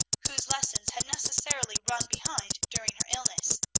whose lessons had necessarily run behind during her illness.